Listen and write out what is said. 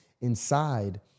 inside